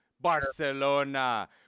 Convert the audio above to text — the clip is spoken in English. Barcelona